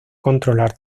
controlar